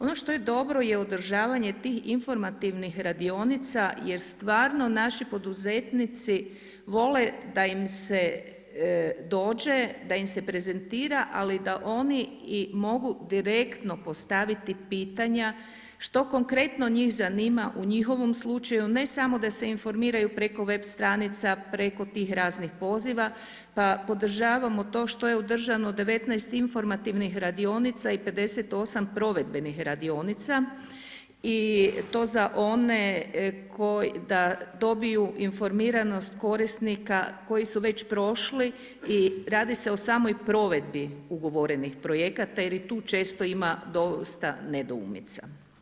Ono što je dobro je održavanje tih informativnih radionica jer stvarno naši poduzetnici vole da im se dođe, da im se prezentira ali da i mogu direktno postaviti pitanja što konkretno njih zanima u njihovom slučaju, ne samo da se informiraju preko web stranica, preko tih raznih poziva pa podržavamo to što je održano 19 informativnih radionica i 58 provedbenih radionica i to za one da dobiju informiranost korisnika koji su već prošli i radi se o samoj provedbi ugovorenih projekata jer i tu često ima dosta nedoumica.